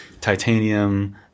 Titanium